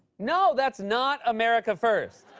no, that's not america first.